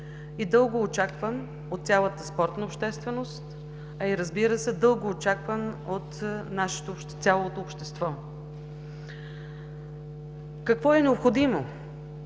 и дългоочакван от цялата спортна общественост, а и дългоочакван от цялото общество. Какво е необходимо,